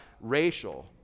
racial